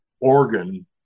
organ